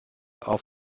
auf